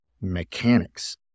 mechanics